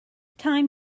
time